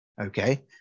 Okay